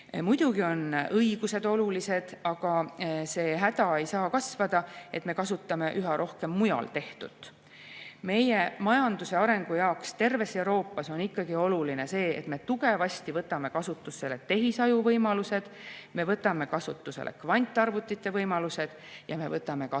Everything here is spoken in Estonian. Muidugi on õigused olulised, aga see häda ei saa kasvada, et me kasutame üha enam mujal tehtut. Meie majanduse arengu jaoks terves Euroopas on oluline ikkagi see, et me tugevasti võtame kasutusse tehisaju võimalused, me võtame kasutusele kvantarvutite võimalused ja me võtame kasutusele